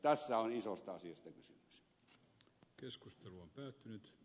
tässä on isosta asiasta kysymys